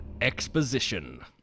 exposition